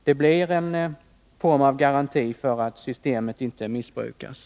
Det betyder att det finns en form av garanti för att systemet inte missbrukas.